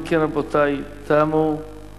אם כן, רבותי, תמו הדוברים.